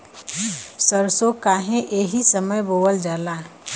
सरसो काहे एही समय बोवल जाला?